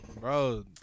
bro